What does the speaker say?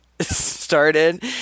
started